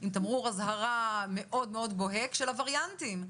עם תמרור אזהרה מאוד מאוד בוהק של הווריאנטים,